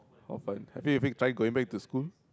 hor-fun have you ever tried going back to school